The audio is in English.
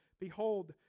Behold